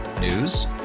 News